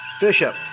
Bishop